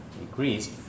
increased